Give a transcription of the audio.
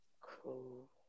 Cool